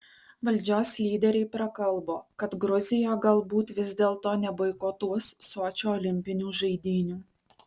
valdžios lyderiai prakalbo kad gruzija galbūt vis dėlto neboikotuos sočio olimpinių žaidynių